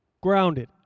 grounded